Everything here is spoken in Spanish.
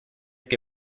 que